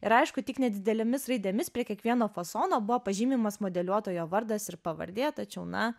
ir aišku tik nedidelėmis raidėmis prie kiekvieno fasono buvo pažymimas modeliuotojo vardas ir pavardė tačiau na